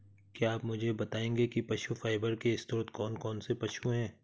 क्या आप मुझे बताएंगे कि पशु फाइबर के स्रोत कौन कौन से पशु हैं?